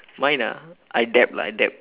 mine ah I dab lah I dab